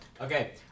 okay